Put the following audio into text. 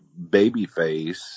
babyface